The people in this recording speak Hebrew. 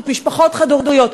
משפחות חד-הוריות.